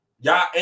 Y'all